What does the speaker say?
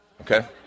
okay